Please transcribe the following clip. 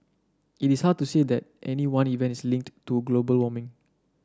it is hard to say that any one events is linked to global warming